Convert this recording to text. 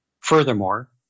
Furthermore